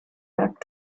back